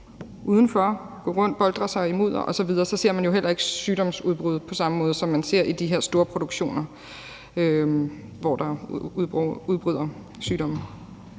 udenfor og gå rundt og boltre sig i mudder osv., så ser vi jo heller ikke de sygdomsudbrud på samme måde, som vi ser det i de her storproduktioner. Kl. 21:40 Den fg.